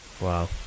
Wow